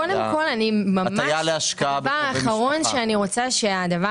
קודם כל אני ממש הדבר האחרון שאני רוצה שהדבר